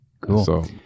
Cool